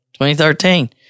2013